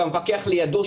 והמפקח לידו,